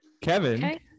Kevin